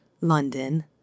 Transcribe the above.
London